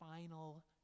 final